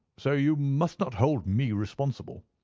so you must not hold me responsible.